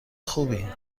خوبی